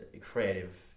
creative